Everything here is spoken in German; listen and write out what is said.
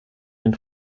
den